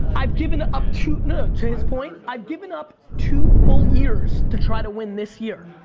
i've given up, to you know to his point, i've given up two full years to try to win this year.